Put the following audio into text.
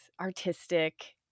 artistic